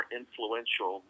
influential